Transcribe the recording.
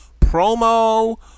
promo